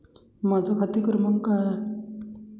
माझा खाते क्रमांक काय आहे?